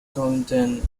content